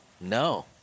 No